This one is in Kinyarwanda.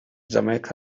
jamaica